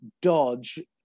dodge